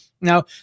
Now